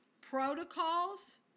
protocols